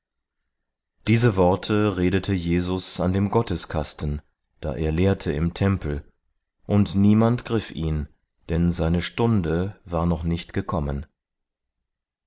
diese worte redete jesus an dem gotteskasten da er lehrte im tempel und niemand griff ihn denn seine stunde war noch nicht gekommen